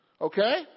Okay